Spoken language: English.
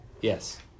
Yes